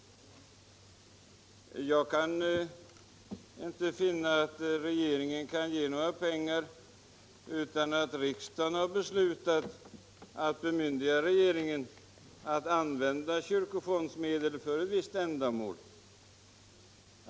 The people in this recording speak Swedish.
Jag kan inte finna att regeringen får ge några pengar ur fonden till andra ändamål än de som riksdagen har bemyndigat regeringen att använda fonden för.